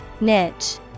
niche